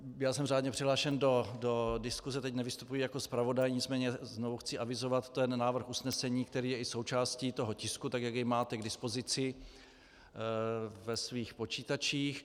Já jsem řádně přihlášen do diskuse, teď nevystupuji jako zpravodaj, nicméně znovu chci avizovat ten návrh usnesení, který je i součástí toho tisku, tak jak jej máte k dispozici ve svých počítačích.